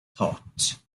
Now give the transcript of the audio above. thought